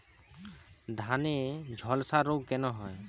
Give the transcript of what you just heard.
ধানে ঝলসা রোগ কেন হয়?